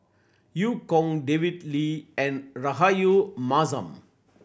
Eu Kong David Lee and Rahayu Mahzam